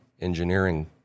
engineering